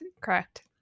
correct